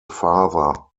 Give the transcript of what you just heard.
father